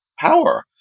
power